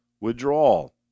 withdrawal